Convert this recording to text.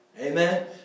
Amen